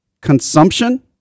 consumption